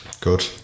Good